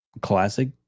classic